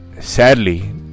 Sadly